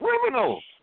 Criminals